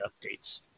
updates